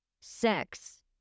sex